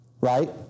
right